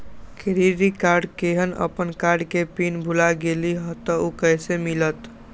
Credit card केहन अपन card के पिन भुला गेलि ह त उ कईसे मिलत?